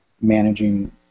managing